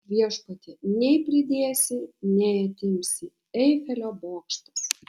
viešpatie nei pridėsi nei atimsi eifelio bokštas